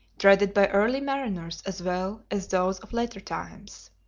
dreaded by early mariners as well as those of later times.